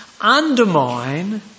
undermine